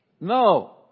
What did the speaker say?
No